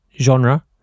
Genre